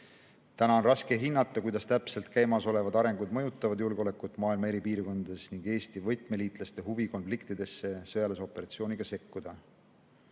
Täna on raske hinnata, kuidas täpselt käimasolevad arengud mõjutavad julgeolekut maailma eri piirkondades ning Eesti võtmeliitlaste huvi konfliktidesse sõjalise operatsiooniga sekkuda.